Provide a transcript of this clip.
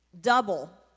double